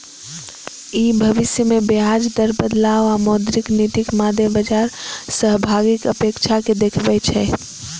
ई भविष्य मे ब्याज दर बदलाव आ मौद्रिक नीतिक मादे बाजार सहभागीक अपेक्षा कें देखबै छै